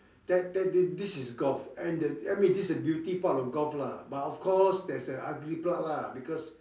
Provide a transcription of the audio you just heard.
that that this is golf and the I mean this is the beauty part of golf lah but of course there's ugly part lah because